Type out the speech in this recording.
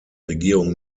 regierung